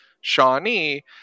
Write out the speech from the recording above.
Shawnee